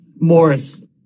Morris